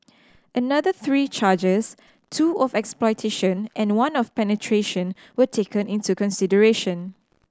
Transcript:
another three charges two of exploitation and one of penetration were taken into consideration